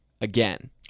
again